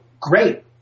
great